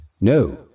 No